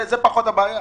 זה פחות בעיה.